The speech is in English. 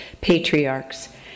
patriarchs